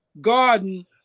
garden